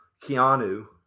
Keanu